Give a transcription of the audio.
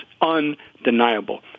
undeniable